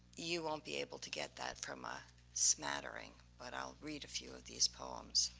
you won't be able to get that from a smattering, but i'll read a few of these poems.